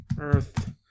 Earth